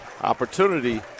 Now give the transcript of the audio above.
opportunity